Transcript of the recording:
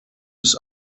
bis